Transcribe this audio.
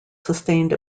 sustained